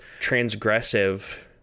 transgressive